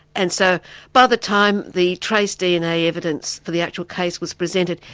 and so by the time the trace dna evidence for the actual case was presented,